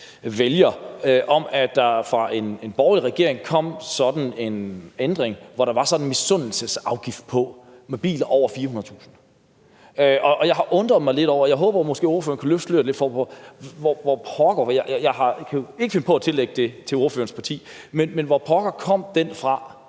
vælger over, at der fra en borgerlig regering kom en ændring, hvor der var sådan en misundelsesafgift på biler på over 400.000 kr. Jeg har undret mig lidt over – og jeg håber, at ordføreren måske kan løfte sløret lidt, men jeg kan ikke finde på at tillægge det ordførerens parti – hvor pokker den kom fra.